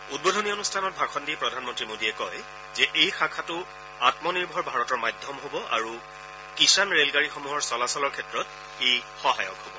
উদ্বোধনী অনুষ্ঠানত ভাষণ দি প্ৰধানমন্ত্ৰী মোদীয়ে কয় যে এই শাখাটো আত্মনিৰ্ভৰ ভাৰতৰ মাধ্যম হ'ব আৰু কিষাণ ৰে লগাড়ীসমূহৰ চলাচলৰ ক্ষেত্ৰত ই সহায়ক হ'ব